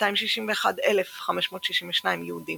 261,562 יהודים,